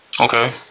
Okay